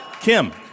Kim